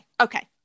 Okay